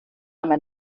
einmal